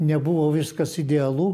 nebuvo viskas idealu